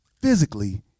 physically